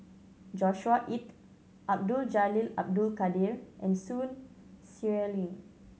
Joshua Ip Abdul Jalil Abdul Kadir and Sun Xueling